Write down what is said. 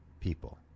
people